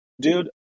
dude